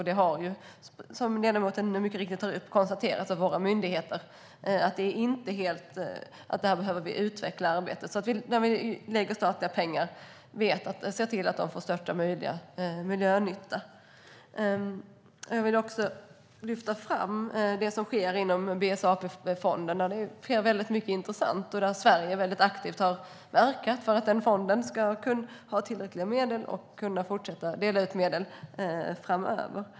Det har mycket riktigt, som ledamoten tar upp, konstaterats av våra myndigheter att vi behöver utveckla arbetet så att vi när vi lägger statliga pengar ser till att de gör största möjliga miljönytta. Jag vill lyfta fram det som sker inom BSAP-fonden. Där sker väldigt mycket intressant, och Sverige har aktivt verkat för att den fonden ska ha tillräckliga medel och kunna fortsätta dela ut medel framöver.